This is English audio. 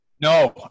No